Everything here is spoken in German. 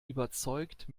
überzeugt